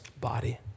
body